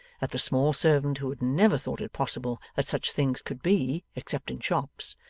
that the small servant, who had never thought it possible that such things could be, except in shops,